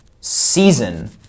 season